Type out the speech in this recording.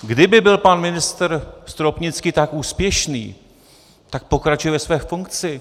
Kdyby byl pan ministr Stropnický tak úspěšný, tak pokračuje ve své funkci.